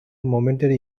momentary